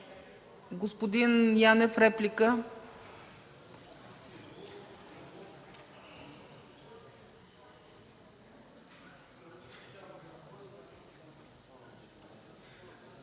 Господин Янев – реплика.